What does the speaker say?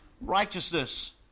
righteousness